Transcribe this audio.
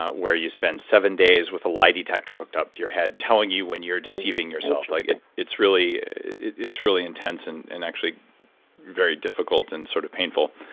where you spend seven days with a lie detector hooked up to your head telling you when you're deceiving yourself. like it's really it's really intense and and actually very difficult and sort of painful,